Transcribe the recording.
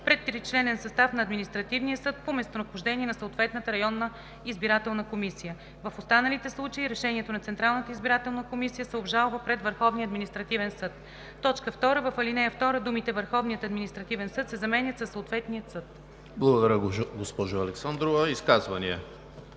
пред тричленен състав на административния съд по местонахождение на съответната районна избирателна комисия. В останалите случаи решението на Централната избирателна комисия се обжалва пред Върховния административен съд.“ 2. В ал. 2 думите „Върховния административен съд“ се заменят със „съответния съд“.“ ПРЕДСЕДАТЕЛ ЕМИЛ ХРИСТОВ: Изказвания?